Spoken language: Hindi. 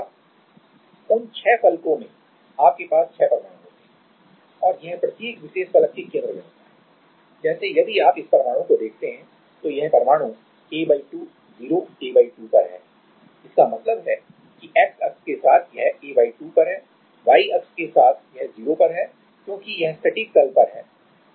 और उन छह फलकों में आपके पास छह परमाणु होते हैं और यह प्रत्येक विशेष फलक के केंद्र में होता है जैसे यदि आप इस परमाणु को देखते हैं तो यह परमाणु a2 0 a2 पर है इसका मतलब है कि X अक्ष के साथ यह a2 पर है Y अक्ष के साथ यह 0 पर है क्योंकि यह सटीक तल पर है